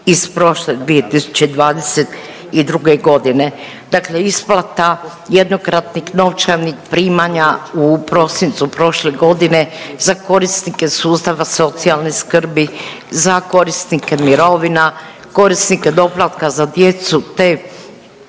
iz prošle 2022. godine. Dakle, isplata jednokratnih novčanih primanja u prosincu prošle godine za korisnike sustava socijalne skrbi, za korisnike mirovina, korisnike doplatka za djecu te